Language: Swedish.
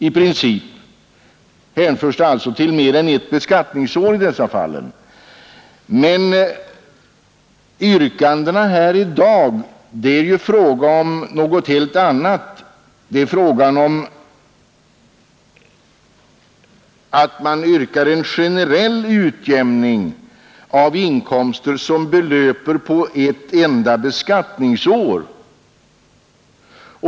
I princip hänförs dessa till mer än ett beskattningsår. Men yrkandena här i dag avser ju något helt annat. Man yrkar en generell utjämning av inkomster som belöper sig på ett enda beskattningsår.